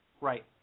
Right